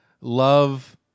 love